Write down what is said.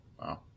Wow